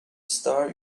start